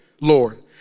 Lord